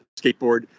skateboard